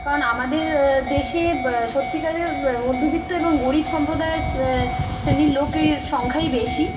কারণ আমাদের দেশে সত্যিকারের মধ্যবিত্ত এবং গরীব সম্প্রদায়ের শ্রেণীর লোকের সংখ্যাই বেশি